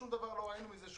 שום דבר לא ראינו מזה,